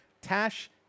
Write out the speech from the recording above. Tash